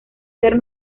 ser